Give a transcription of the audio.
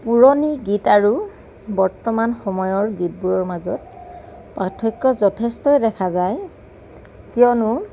পুৰণি গীত আৰু বৰ্তমানৰ গীতবোৰৰ মাজত পাৰ্থক্য যথেষ্ট দেখা যায় কিয়নো